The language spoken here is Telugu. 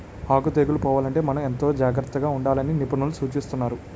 ఆకు తెగుళ్ళు పోవాలంటే మనం ఎంతో జాగ్రత్తగా ఉండాలని నిపుణులు సూచిస్తున్నారు